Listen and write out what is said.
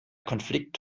konflikt